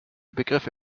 begriffe